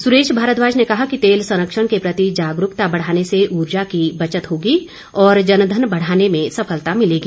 सुरेश भारद्वाज ने कहा कि तेल संरक्षण के प्रति जागरूकता बढ़ाने से उर्जा की बचत होगी और जनधन बढ़ाने में सफलता मिलेगी